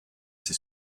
ses